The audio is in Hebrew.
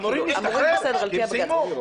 אמורים להשתחרר, הם סיימו.